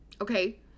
Okay